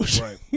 Right